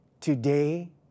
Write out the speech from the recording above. today